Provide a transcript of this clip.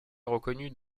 reconnus